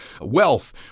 wealth